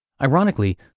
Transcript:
Ironically